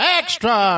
extra